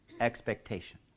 expectation